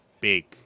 big